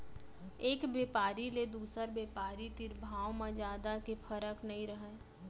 एक बेपारी ले दुसर बेपारी तीर भाव म जादा के फरक नइ रहय